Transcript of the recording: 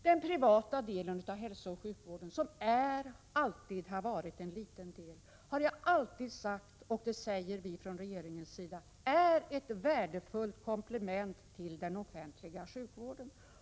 Den privata delen av hälsooch sjukvården är och har alltid varit liten, och regeringen anser att den är ett värdefullt komplement till den offentliga sjukvården.